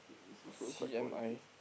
C_M_I